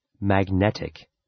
Magnetic